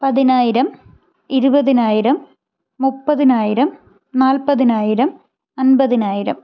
പതിനായിരം ഇരുപതിനായിരം മുപ്പതിനായിരം നാല്പതിനായിരം അമ്പതിനായിരം